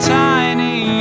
tiny